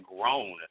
grown